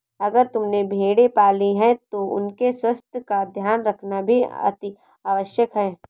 अगर तुमने भेड़ें पाली हैं तो उनके स्वास्थ्य का ध्यान रखना भी अतिआवश्यक है